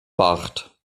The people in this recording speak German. bart